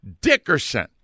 Dickerson